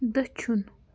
دٔچھُن